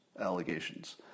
allegations